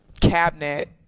cabinet